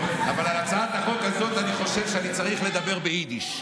אבל על הצעת החוק הזאת אני חושב שאני צריך לדבר ביידיש,